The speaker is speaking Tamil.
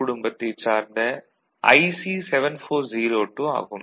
குடும்பத்தைச் சார்ந்த IC 7402 ஆகும்